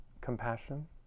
compassion